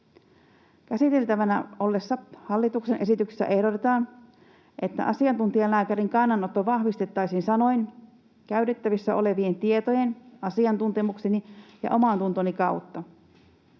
Käsiteltävänä olevassa hallituksen esityksessä ehdotetaan, että asiantuntijalääkärin kannanotto vahvistettaisiin sanoin ”käytettävissä olevien tietojen, asiantuntemukseni ja omantuntoni kautta”.